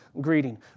greeting